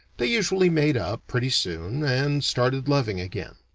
they usually made up, pretty soon, and started loving again.